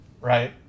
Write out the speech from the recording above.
right